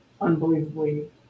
unbelievably